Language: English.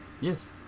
Yes